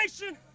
Nation